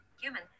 human